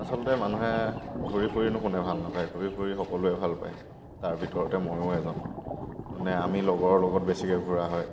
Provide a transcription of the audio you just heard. আচলতে মানুহে ঘূৰি ফুৰিনো কোনে ভাল নাপায় ঘূৰি ফুৰি সকলোৱে ভালপায় তাৰ ভিতৰতে মইয়ো এজন মানে আমি লগৰৰ লগত বেছিকৈ ঘূৰা হয়